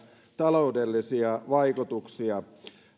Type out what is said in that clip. taloudellisia vaikutuksia